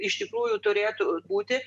iš tikrųjų turėtų būti